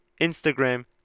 Instagram